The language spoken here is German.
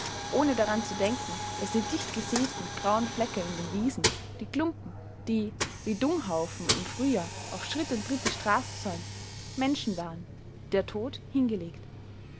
ohne daran zu denken daß die dichtgesäten grauen flecke in den wiesen die klumpen die wie dunghaufen im frühjahr auf schritt und tritt die straße säumten menschen waren die der tod hingelegt